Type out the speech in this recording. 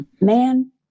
man